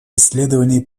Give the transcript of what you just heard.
исследований